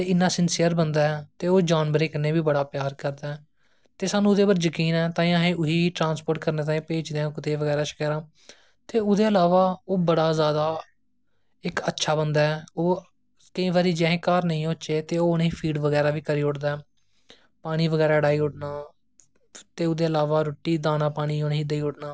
हत्थें कन्नै बनाई दियां कन्ने पाने लेई हत्थें कन्नै बनाई दियां गले च पाने लेई हत्थें कन्नै बनाई दियां मोती कन्नै बुनी दियां ओह् बी एह् बी चीजां साढ़ी आर्ट एंड कराफ्ट च आंदिया ना फिर मोबत्तियां होई गेइयां फिर के्ह बोलदे गुड्डियां बनादियां ते एह् चीजां अज्ज दियां नेई बड़ी परानी चीजां ना बाल् आर्ट होंदा